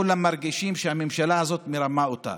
כולם מרגישים שהממשלה הזאת מרמה אותם.